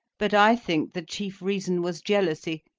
but i think the chief reason was jealousy,